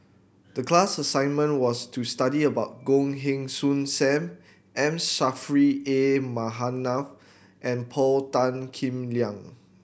the class assignment was to study about Goh Heng Soon Sam M Saffri A Manaf and Paul Tan Kim Liang